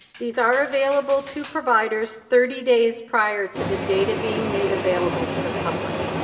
these are available to providers thirty days prior to the data being made available to the public.